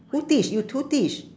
who teach you who teach